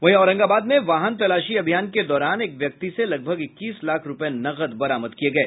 वहीं औरंगाबाद में वाहन तलाशी अभियान के दौरान एक व्यक्ति से लगभग इक्कीस लाख रूपये नकद बरामद किये गये